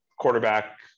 quarterback